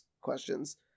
questions